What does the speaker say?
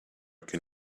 can